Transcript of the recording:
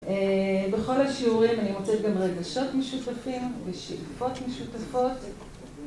בכל השיעורים אני מוצאת גם רגשות משותפים ושאיפות משותפות